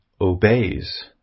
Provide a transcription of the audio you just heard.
obeys